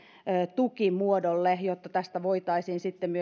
tukimuodolle jotta tästä voitaisiin sitten